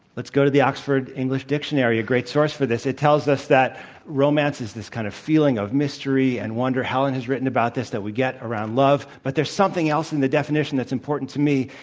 let's go to the oxford english dictionary, a great source for this. it tells us that romance is this kind of feeling of mystery and wonder helen has written about this that we get around love, but there's something else in the definition that's important to me.